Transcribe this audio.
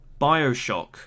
Bioshock